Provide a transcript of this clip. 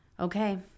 Okay